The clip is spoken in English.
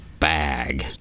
Bag